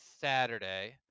saturday